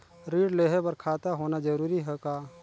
ऋण लेहे बर खाता होना जरूरी ह का?